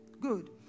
good